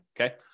Okay